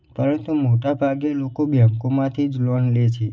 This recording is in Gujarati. પરંતુ મોટા ભાગે લોકો બેંકોમાંથી જ લોન લે છે